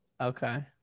okay